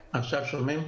מהיבואן הזעיר,